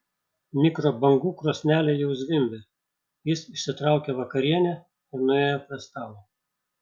mikrobangų krosnelė jau zvimbė jis išsitraukė vakarienę ir nuėjo prie stalo